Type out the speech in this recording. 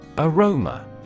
Aroma